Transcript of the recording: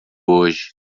hoje